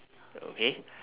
okay